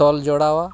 ᱛᱚᱞ ᱡᱚᱲᱟᱣᱟ